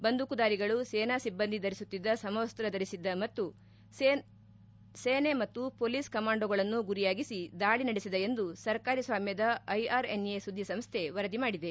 ಬಂದೂಕುದಾರಿಗಳು ಸೇನಾ ಸಿಬ್ಲಂದಿ ಧರಿಸುತ್ತಿದ್ದ ಸಮವಸ್ತ ಧರಿಸಿದ್ದ ಮತ್ತು ಸೇನೆ ಮತ್ತು ಮೊಲೀಸ್ ಕಮಾಂಡೋಗಳನ್ನು ಗುರಿಯಾಗಿಸಿ ದಾಳಿ ನಡೆಸಿದ ಎಂದು ಸರ್ಕಾರಿ ಸ್ವಾಮ್ಡದ ಐಆರ್ಎನ್ಎ ಸುದ್ದಿ ಸಂಸ್ವೆ ವರದಿ ಮಾಡಿದೆ